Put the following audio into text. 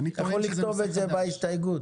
אתה יכול לכתוב את זה בהסתייגות.